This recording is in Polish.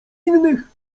innych